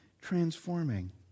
transforming